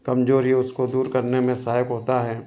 कमजोरी उसको दूर करने में सहायक होता है